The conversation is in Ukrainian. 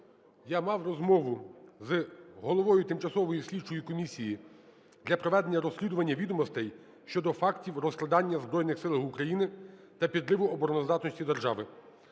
я мав розмову з головою Тимчасової слідчої комісії для проведення розслідування відомостей щодо фактів розкрадання в Збройних Силах України та підриву обороноздатності держави.